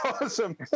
Awesome